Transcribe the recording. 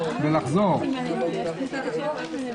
בבקשה.